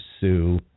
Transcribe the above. sue